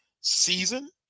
season